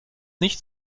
nicht